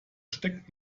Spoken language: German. steckt